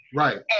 right